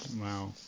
Wow